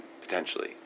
potentially